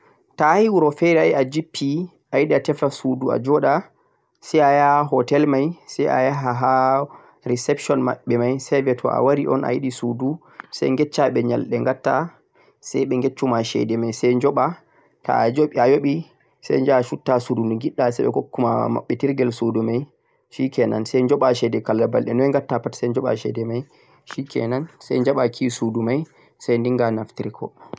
to'a yahi wuro fere ayahi a a jippi ayaidi a tefa sudu a joda sai a yaha hotel mai sai a yaha ha reception mabbe mai sai aviya toh a wari on ayidi suudu sai yaccha beh nyaldeh watta sai beh yecchuma chede mai sai nyoba to'a ayahi sai yaha sufta sudu do yidda sai beh hokkuma mabbitirghel suudu mai shikenan sai nyoba chede kala mbalde noi watta pat sai nyoba chede mai shikenan sai jab akey suudu mai sai dinga nafturgo